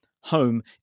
Home